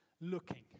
looking